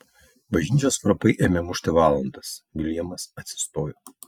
bažnyčios varpai ėmė mušti valandas viljamas atsistojo